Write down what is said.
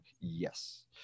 yes